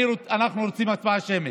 אנחנו רוצים הצבעה שמית.